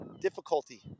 difficulty